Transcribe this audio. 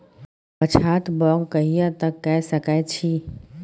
पछात बौग कहिया तक के सकै छी?